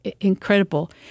Incredible